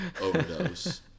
overdose